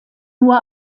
nur